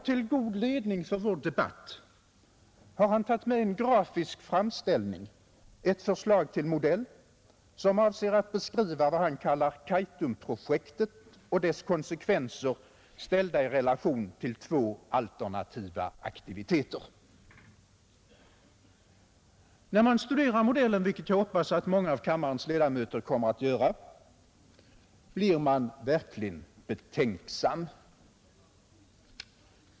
Till god ledning för vår debatt har han tagit med en grafisk framställning, ett förslag till modell som avser att beskriva vad han kallar Kaitumprojektet och dess konsekvenser ställda i relation till två alternativa aktiviteter. När man studerar modellen, vilket jag hoppas att många av kammarens ledamöter kommer att göra, blir man verkligen betänksam.